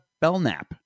Belknap